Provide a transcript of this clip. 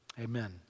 Amen